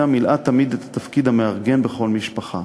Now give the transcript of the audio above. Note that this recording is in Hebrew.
מילאה תמיד את 'התפקיד המארגן' בכל משפחה.